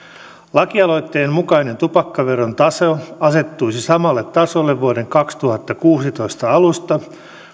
lakialoitteen mukainen tupakkaveron taso asettuisi samalle tasolle vuoden kaksituhattakuusitoista alusta